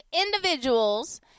individuals